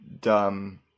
dumb